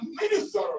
minister